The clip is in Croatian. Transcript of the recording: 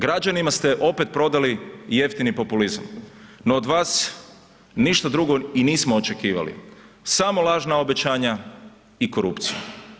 Građanima ste opet prodali jeftini populizam no od vas ništa drugo i nismo očekivali, samo lažna obećanja i korupciju.